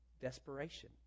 desperation